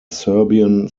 serbian